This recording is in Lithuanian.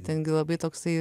ten gi labai toksai